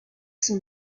son